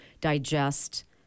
digest